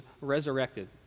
resurrected